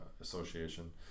Association